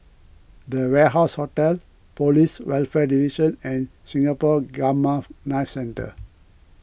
the Warehouse Hotel Police Welfare Division and Singapore Gamma Knife Centre